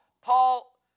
Paul